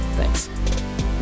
Thanks